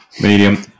Medium